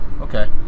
Okay